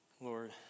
Lord